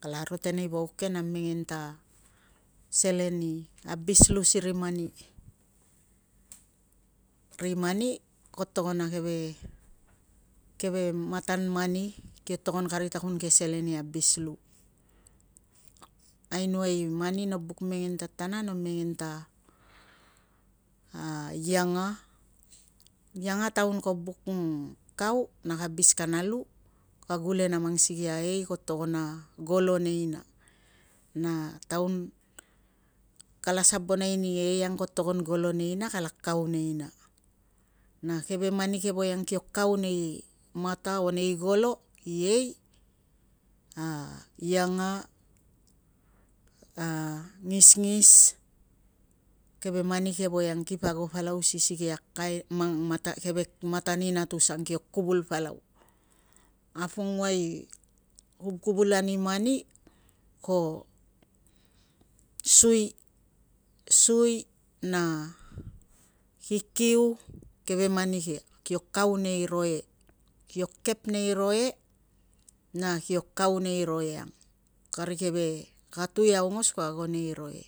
Kalaro tenei vauk ke na mengen ta selen i abis lu siri mani. Ri mani kio togon a keve matan mani kio togon kari ta kun keve selen i abis lu. Ainoai i mani no buk mengen tatana, no buk mengen ta, a ianga. Ianga taun ko buk kau na ka abis kana lu, ka gule na mang sikei a ei ko togon a golo neina, na taun kala sabonai ni ei ang ko togon golo neina kala kau neina. Na keve mani ke voiang kipo kau nei mata o nei golo i ei, a ianga, a ngisngis, keve mani ke voiang kip ago palau si sikei a matan inatus ang kio kuvul palau. A pongua i kuvkuvulan i mani ko sui. Sui na kikiu, keve mani ke kio kau nei roe. Kio kep nei roe, na kio kau nei roe ang. Kari keve katui aongos kapa ago nei roe.